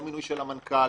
לא מינוי של המנכ"ל.